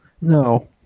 No